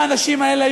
האנשים האלה,